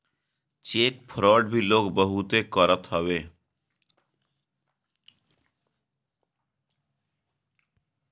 check fraud भी लोग बहुते करत हवे